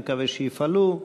אני מקווה שיפעלו,